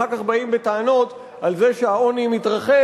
אחר כך באים בטענות על זה שהעוני מתרחב